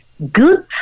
good